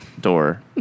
door